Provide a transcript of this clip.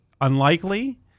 unlikely